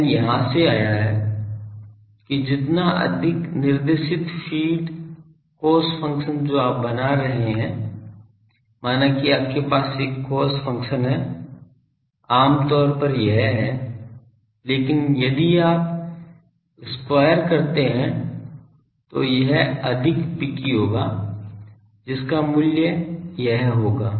n यहां से आया है कि जितना अधिक निर्देशित फ़ीड कॉस फ़ंक्शन जो आप बना रहे हैं मानाकि आपके पास एक कॉस फ़ंक्शन है आम तौर पर यह हैं लेकिन यदि आप square करते हैं तो यह अधिक पिकी होगा जिसका मूल्य यह होगा